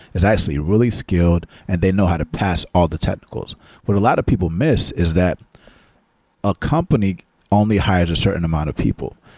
is actually really skilled and they know how to pass all the technical. what a lot of people miss is that a company only hired a certain amount of people,